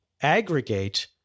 aggregate